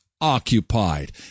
Occupied